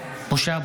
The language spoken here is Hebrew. (קורא בשמות חברי הכנסת) משה אבוטבול,